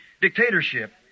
dictatorship